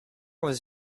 was